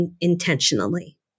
intentionally